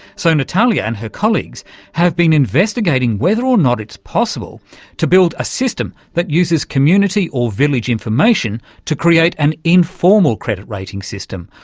so natalia and her colleagues have been investigating whether or not it's possible to build a system that uses community or village information to create an informal credit-rating system,